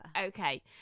okay